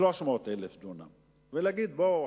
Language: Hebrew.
למה לא יכלו לקבוע 300,000 דונם ולהגיד: בואו,